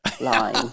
line